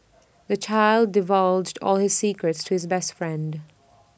the child divulged all his secrets to his best friend